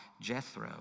Jethro